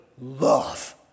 love